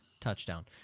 touchdown